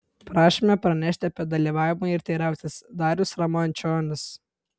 prašome pranešti apie dalyvavimą ir teirautis darius ramančionis